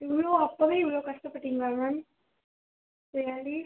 ஐயோ அப்பவே இவ்வளோ கஷ்டப்பட்டிங்களா மேம் சரி